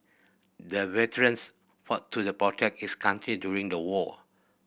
the veterans fought to the protect his country during the war